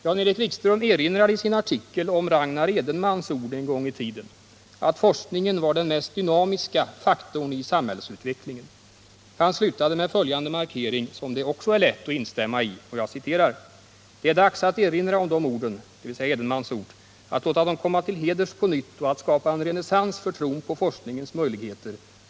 Jan-Erik Wikström erinrade i sin artikel om Ragnar Edenmans ord en gång i tiden att forskningen var den mest dynamiska faktorn i samhällsutvecklingen. Han slutade med följande markering som det också är lätt att instämma i: ”Det är dags att erinra om de orden, att låta dem komma till heders på nytt och att skapa en renässans för tron på forskningens möjligheter.